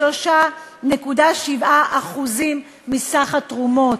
93.7% מסך התרומות.